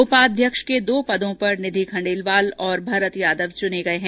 उपाध्यक्ष के दो पंदों पर निधि खंडेलवाल तथा भरत यादव चूने गये हैं